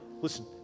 listen